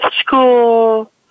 school